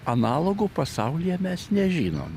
analogų pasaulyje mes nežinom